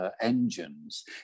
engines